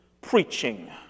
preaching